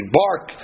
bark